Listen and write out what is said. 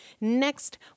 next